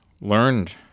learned